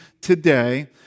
today